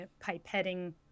pipetting